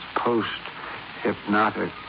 post-hypnotic